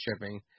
shipping